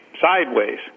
sideways